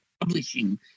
publishing